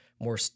more